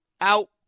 Out